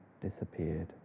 disappeared